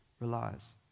relies